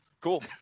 cool